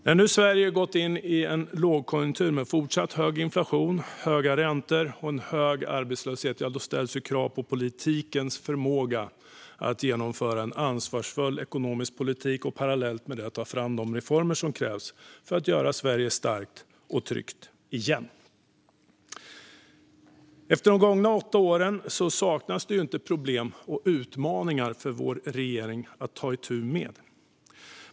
När nu Sverige har gått in i en lågkonjunktur med en fortsatt hög inflation, höga räntor och hög arbetslöshet ställs krav på politikens förmåga att genomföra en ansvarsfull ekonomisk politik och parallellt ta fram de reformer som krävs för att göra Sverige starkt och tryggt igen. Efter de gångna åtta åren saknas det inte problem och utmaningar för vår regering att ta itu med.